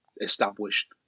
Established